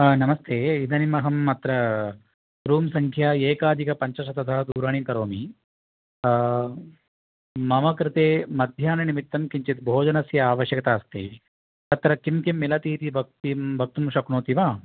हा नमस्ते इदानीमहम् अत्र रूम् सङ्ख्या एकाधिकपञ्चशततः दूरवाणीं करोमि मम कृते मध्याह्ननिमित्तं किञ्चित् भोजनस्य आवश्यकता अस्ति अत्र किं किं मिलतीति वक्तिं वक्तुं श्क्नोति वा हा